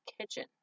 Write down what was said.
kitchen